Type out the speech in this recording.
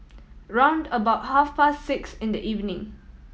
round about half past six in the evening